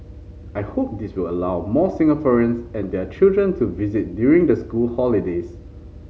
I hope this will allow more Singaporeans and their children to visit during the school holidays